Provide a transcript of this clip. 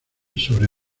sobre